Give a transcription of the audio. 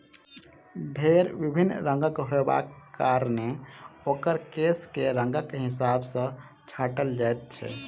भेंड़ विभिन्न रंगक होयबाक कारणेँ ओकर केश के रंगक हिसाब सॅ छाँटल जाइत छै